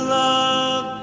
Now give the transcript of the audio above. love